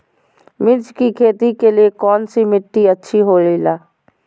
मिर्च की खेती के लिए कौन सी मिट्टी अच्छी होईला?